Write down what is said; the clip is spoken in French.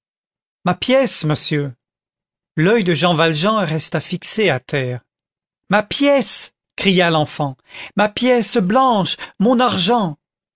ma pièce monsieur l'oeil de jean valjean resta fixé à terre ma pièce cria l'enfant ma pièce blanche mon argent